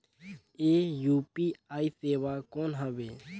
ये यू.पी.आई सेवा कौन हवे?